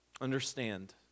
understand